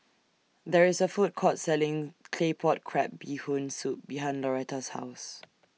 There IS A Food Court Selling Claypot Crab Bee Hoon Soup behind Lauretta's House